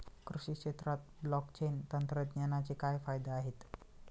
कृषी क्षेत्रात ब्लॉकचेन तंत्रज्ञानाचे काय फायदे आहेत?